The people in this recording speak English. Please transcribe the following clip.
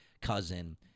cousin